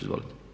Izvolite.